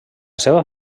seva